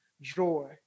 joy